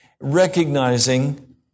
recognizing